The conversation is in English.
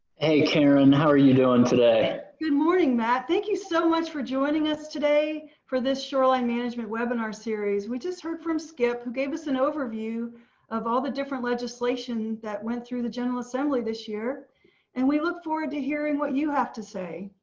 hey karen, how are you doing today good morning, matt, thank you so much for joining us today for this shoreline management webinar series. we just heard from skip who gave us an overview of all the different legislation that went through the general assembly this year and we look forward to hearing what you have to say.